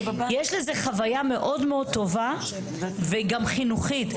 יש לזה חוויה מאוד מאוד טובה וגם חינוכית.